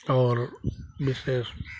आओर विशेष